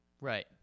Right